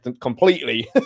completely